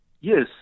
Yes